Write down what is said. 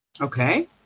Okay